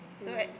mm